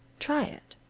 try it.